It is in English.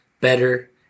better